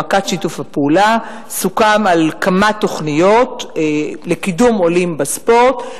סוכם על כמה תוכניות לקידום עולים בספורט.